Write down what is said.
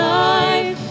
life